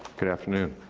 good afternoon.